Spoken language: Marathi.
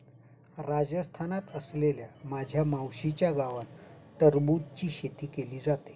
राजस्थानात असलेल्या माझ्या मावशीच्या गावात टरबूजची शेती केली जाते